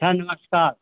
अच्छा नमस्कार